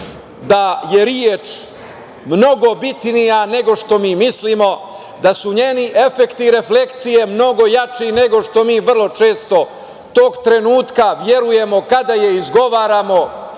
da je reč mnogo bitnija nego što mi mislimo, da su njeni efekti i reflekcije mnogo jače nego što mi često tog trenutka verujemo kada je izgovaramo,